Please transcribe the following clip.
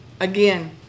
Again